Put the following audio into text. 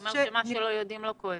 את אומרת שמה שלא יודעים לא כואב.